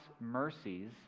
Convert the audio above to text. mercies